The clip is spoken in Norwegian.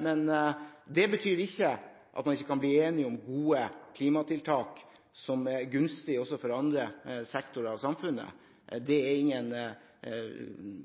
men det betyr ikke at man ikke kan bli enige om gode klimatiltak, som er gunstige også for andre sektorer av samfunnet. Det er ingen